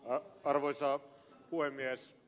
arvoisa puhemies